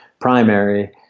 primary